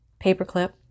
paperclip